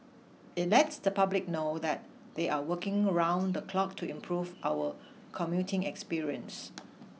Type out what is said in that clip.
it lets the public know that they are working round the clock to improve our commuting experience